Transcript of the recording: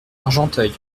argenteuil